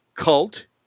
Cult